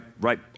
right